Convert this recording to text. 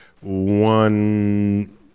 one